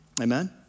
Amen